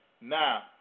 Now